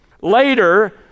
Later